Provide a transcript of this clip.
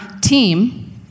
team